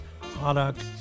product